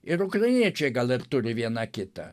ir ukrainiečiai gal ir turi vieną kitą